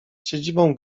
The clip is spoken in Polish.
siedzibą